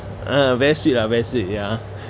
uh very sweet lah very sweet ya